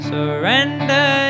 Surrender